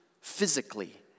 physically